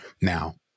Now